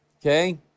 okay